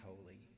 holy